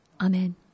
Amen